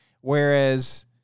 Whereas